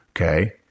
okay